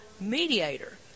mediator